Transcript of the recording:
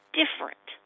different